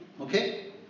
Okay